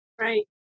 Right